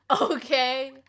Okay